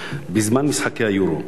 בזמן משחקי היורו,